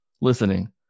listening